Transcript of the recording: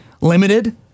limited